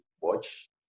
watch